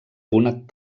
punt